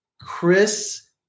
Chris